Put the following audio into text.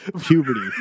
puberty